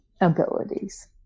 abilities